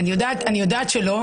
אני יודעת שלא,